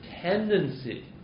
tendency